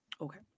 Okay